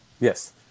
Yes